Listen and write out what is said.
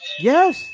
Yes